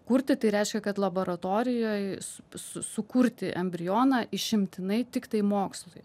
kurti tai reiškia kad laboratorijoj sukurti embrioną išimtinai tiktai mokslui